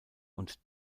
und